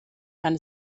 kann